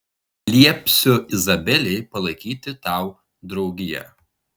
liepsiu izabelei palaikyti tau draugiją